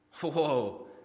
Whoa